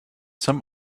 some